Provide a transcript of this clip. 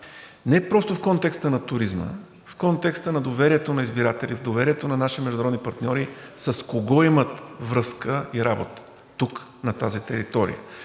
не просто в контекста на туризма, в контекста на доверието на избирателите, в доверието на наши международни партньори с кого имат връзка и работа тук на тази територия.